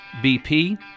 BP